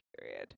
period